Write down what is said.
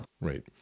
Right